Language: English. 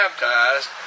baptized